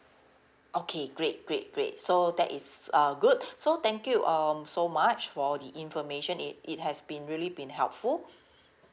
okay great great great so that is uh good so thank you um so much for the information it it has been really been helpful